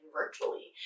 virtually